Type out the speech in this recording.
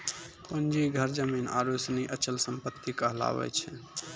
पूंजी घर जमीन आरु सनी अचल सम्पत्ति कहलावै छै